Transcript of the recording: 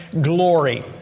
glory